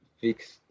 fixed